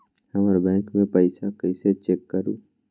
हमर बैंक में पईसा कईसे चेक करु?